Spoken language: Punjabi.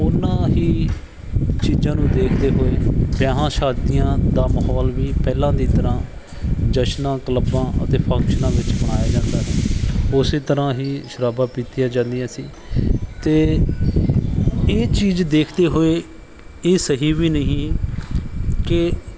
ਉਨ੍ਹਾਂ ਹੀ ਚੀਜ਼ਾਂ ਨੂੰ ਦੇਖਦੇ ਹੋਏ ਵਿਆਹਾਂ ਸ਼ਾਦੀਆਂ ਦਾ ਮਾਹੌਲ ਵੀ ਪਹਿਲਾਂ ਦੀ ਤਰ੍ਹਾਂ ਜਸ਼ਨਾਂ ਕਲੱਬਾਂ ਅਤੇ ਫੰਕਸ਼ਨਾਂ ਵਿੱਚ ਮਨਾਇਆ ਜਾਂਦਾ ਉਸੇ ਤਰ੍ਹਾਂ ਹੀ ਸ਼ਰਾਬਾਂ ਪੀਤੀਆਂ ਜਾਂਦੀਆਂ ਸੀ ਅਤੇ ਇਹ ਚੀਜ਼ ਦੇਖਦੇ ਹੋਏ ਇਹ ਸਹੀ ਵੀ ਨਹੀਂ ਕਿ